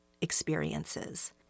experiences